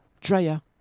Drea